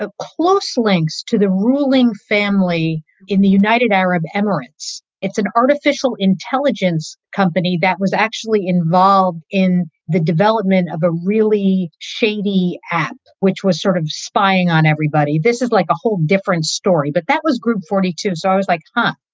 ah close links to the ruling family in the united arab emirates. it's an artificial intelligence company that was actually involved in the development of a really shady app which was sort of spying on everybody. this is like a whole different story, but that was group forty two. so i was like, huh?